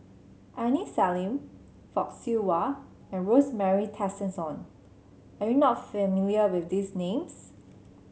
Aini Salim Fock Siew Wah and Rosemary Tessensohn are you not familiar with these names